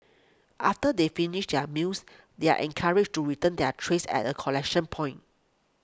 after they finish their meals they are encouraged to return their trays at a collection point